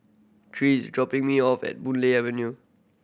Tre is dropping me off at Boon Lay Avenue